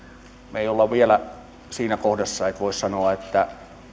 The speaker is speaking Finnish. me emme ole vielä siinä kohdassa että voisi sanoa että